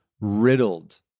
riddled